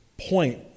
point